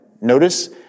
notice